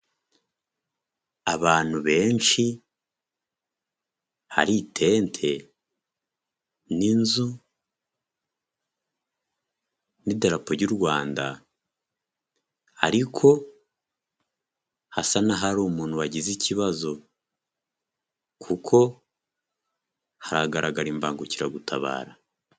Abantu benshi, hari itente n'inzu, n'idarapo ry'u Rwanda, ariko hasa n'ahari umuntu wagize ikibazo, kuko haragaragara imbangukiragutabara.